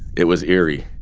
it was eerie.